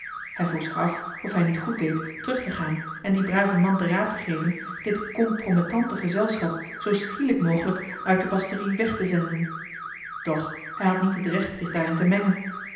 hij vroeg zich af of hij niet goeddeed terug te gaan en dien braven man den raad te geven dit compromettante gezelschap zoo schielijk mogelijk uit de pastorie weg te zenden doch hij had niet het recht zich daarin te mengen